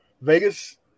Vegas